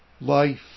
life